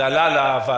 זה עלה לוועדה.